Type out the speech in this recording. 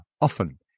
often